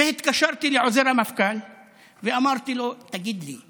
התקשרתי לעוזר המפכ"ל ואמרתי לו: תגיד לי,